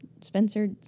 Spencer